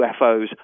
UFOs